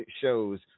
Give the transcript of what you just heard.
shows